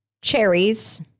cherries